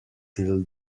till